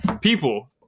people